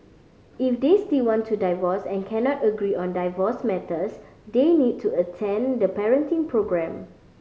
if they still want to divorce and cannot agree on divorce matters they need to attend the parenting programme